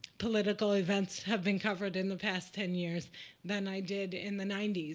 political events have been covered in the past ten years than i did in the ninety s,